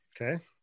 Okay